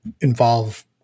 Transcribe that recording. involve